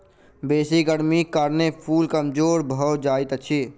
बेसी गर्मीक कारणें फूल कमजोर भअ जाइत अछि